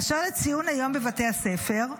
אשר לציון היום בבתי הספר,